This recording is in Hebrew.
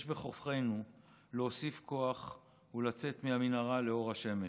יש בכוחנו להוסיף כוח ולצאת מהמנהרה לאור השמש.